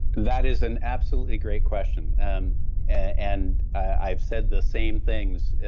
that is an absolutely great question, and and i've said the same things